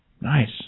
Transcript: Nice